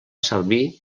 servir